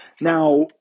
Now